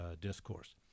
discourse